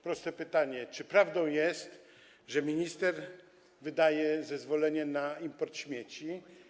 Proste pytanie: Czy prawdą jest, że minister wydaje zezwolenie na import śmieci?